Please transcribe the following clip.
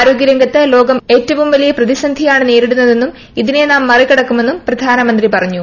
ആരോഗ്യരംഗത്ത് ലോകം ഏറ്റവും വലിയ പ്രതിസന്ധിയാണ് നേരിടുന്നതെന്നും ഇതിനെ നാം മറികടക്കുമെന്നും പ്രധാനമന്ത്രി പറഞ്ഞു